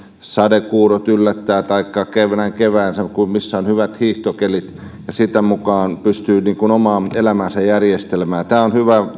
sadekuurot yllättävät taikka näin keväällä missä on hyvät hiihtokelit ja sitä mukaa pystyy omaa elämäänsä järjestelemään tämä on